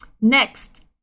Next